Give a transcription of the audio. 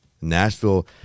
Nashville